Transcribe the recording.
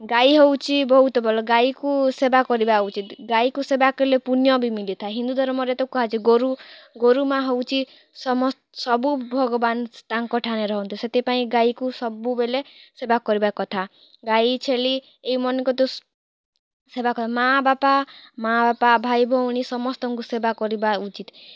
ଗାଈ ହେଉଛି ବହୁତ୍ ଭଲ ଗାଈକୁ ସେବା କରିବା ଉଚିତ୍ ଗାଈକୁ ସେବା କଲେ ପୁଣ୍ୟ ବି ମିଳିଥାଏ ହିନ୍ଦୁ ଧର୍ମରେ ତ କୁହାଯାଇଛି ଗୋରୁ ଗୋରୁ ମାଆ ହେଉଛି ସମସ୍ତ ସବୁ ଭଗବାନ୍ ତାଙ୍କର୍ ଠାନେ ରହନ୍ତି ସେଥିପାଇଁ ଗାଈକୁ ସବୁବେଲେ ସେବା କରିବା କଥା ଗାଈ ଛେଲି ଏମାନଙ୍କ ତ ସେବା କରିବା ମାଆ ବାପା ମାଆ ବାପା ଭାଇ ଭଉଣୀ ସମସ୍ତଙ୍କୁ ସେବା କରିବା ଉଚିତ୍